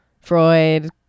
Freud